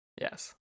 Yes